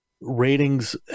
ratings